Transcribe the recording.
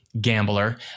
gambler